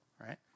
right